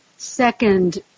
Second